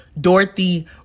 Dorothy